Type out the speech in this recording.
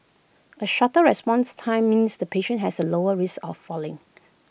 A shorter response time means the patient has A lower risk of falling